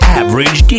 average